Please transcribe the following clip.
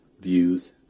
views